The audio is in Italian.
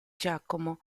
giacomo